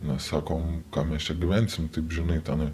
mes sakom ką mes čia gyvensim taip žinai tenai